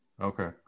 Okay